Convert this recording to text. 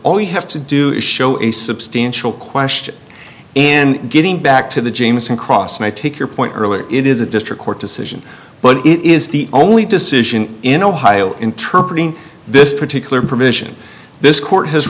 we have to do is show a substantial question and getting back to the jamison cross may take your point earlier it is a district court decision but it is the only decision in ohio in trumpeting this particular provision this court has